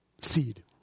seed